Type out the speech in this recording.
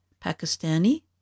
Pakistani